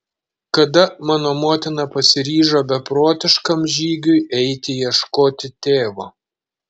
kada mano motina pasiryžo beprotiškam žygiui eiti ieškoti tėvo